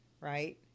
right